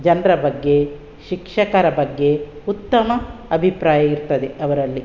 ಜನರ ಬಗ್ಗೆ ಶಿಕ್ಷಕರ ಬಗ್ಗೆ ಉತ್ತಮ ಅಭಿಪ್ರಾಯ ಇರ್ತದೆ ಅವರಲ್ಲಿ